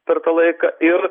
per tą laiką ir